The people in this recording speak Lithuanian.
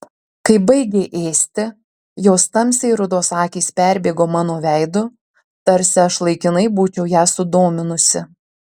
kai baigė ėsti jos tamsiai rudos akys perbėgo mano veidu tarsi aš laikinai būčiau ją sudominusi